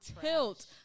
Tilt